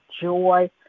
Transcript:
joy